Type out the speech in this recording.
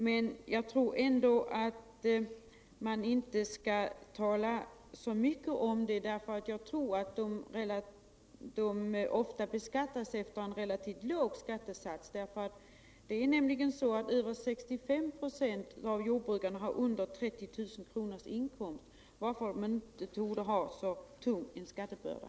Men man skall nog inte tala så mycket om det, därför att jag tror att de ofta beskattas efter en relativt låg skattesats. Det är nämligen så att 65 26 av jordbrukarna har under 30 000 kr. i inkomst, varför de inte torde ha så tung skattebörda.